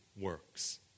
works